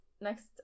Next